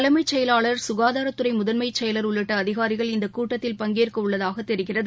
தலைமச் செயலாளர் சுகாதாரத்துறைமுதன்மைச் செயலாளர் உள்ளிட்டஅதிகாரிகள் இந்தக் கூட்டத்தில் பங்கேற்கஉள்ளதாகத் தெரிகிறது